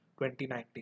2019